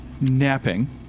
napping